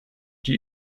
die